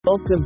Welcome